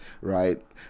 right